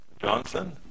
Johnson